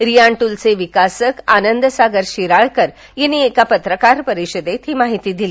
रियान ट्रलचे विकासक आंनदसागर शिराळकर यांनी पत्रकार परिषदेत हि माहिती दिली